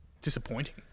disappointing